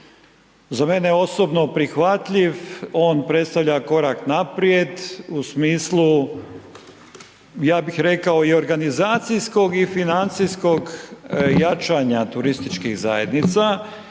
za mene osobno prihvatljiv, on predstavlja korak naprijed u smislu ja bih rekao i organizacijskog i financijskog jačanja turističkih zajednica